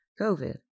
COVID